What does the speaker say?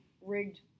rigged